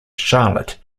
charlotte